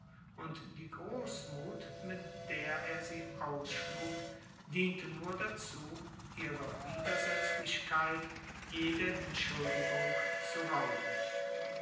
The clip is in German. und die großmut mit der er sie ausschlug diente nur dazu ihrer widersetzlichkeit jede entschuldigung zu rauben